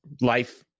life